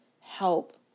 help